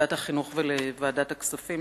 לוועדת החינוך ולוועדת הכספים